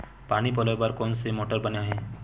पानी पलोय बर कोन मोटर बने हे?